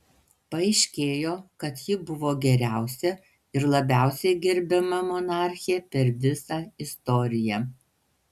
paaiškėjo kad ji buvo geriausia ir labiausiai gerbiama monarchė per visą istoriją